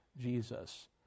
Jesus